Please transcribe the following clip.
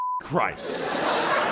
Christ